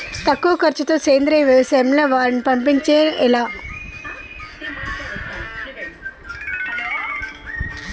తక్కువ ఖర్చుతో సేంద్రీయ వ్యవసాయంలో వారిని పండించడం ఎలా?